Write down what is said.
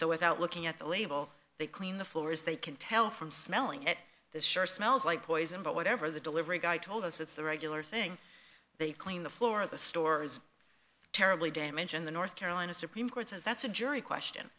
so without looking at the label they clean the floors they can tell from smelling it this sure smells like poison but whatever the delivery guy told us it's the regular thing they clean the floor of the store's terribly damaged in the north carolina supreme court since that's a jury question